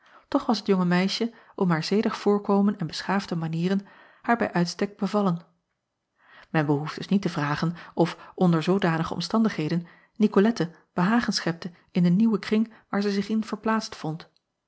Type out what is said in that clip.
toch was het jonge meisje om haar zedig voorkomen en beschaafde manieren haar bij uitstek bevallen en behoeft dus niet te vragen of onder zoodanige omstandigheden icolette behagen schepte in den nieuwen kring waar zij zich in verplaatst vond